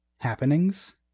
happenings